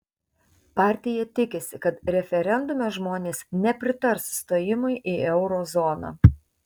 partija tikisi kad referendume žmones nepritars stojimui į euro zoną